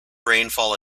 rainfall